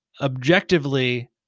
objectively